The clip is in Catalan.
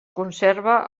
conserva